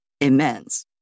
immense